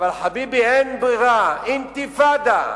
אבל, חביבי, אין ברירה: אינתיפאדה,